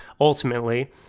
ultimately